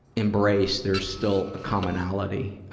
embrace, there's still a commonality, ah,